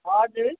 हजुर